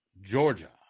Georgia